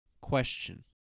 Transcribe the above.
Question